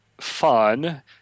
fun